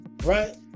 right